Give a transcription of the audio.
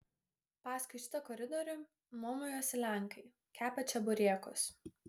paskui šitą koridorių nuomojosi lenkai kepę čeburekus